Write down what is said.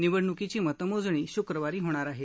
निवडणुकीची मतमोजणी शुक्रवारी होणार आहे